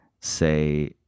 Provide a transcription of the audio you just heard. say